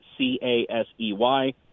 C-A-S-E-Y